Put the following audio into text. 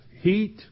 heat